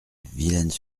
villennes